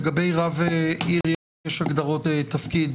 לגבי רב עיר יש הגדרות תפקיד.